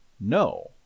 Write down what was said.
no